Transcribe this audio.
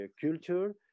culture